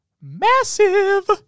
massive